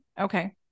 Okay